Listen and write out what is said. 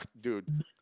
dude